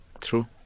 True